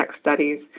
studies